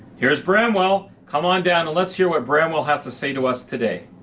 here's bramwell, come on down. let's hear what bramwell has to say to us today.